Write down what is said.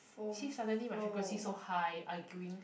see suddenly my frequency so high arguing